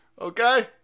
Okay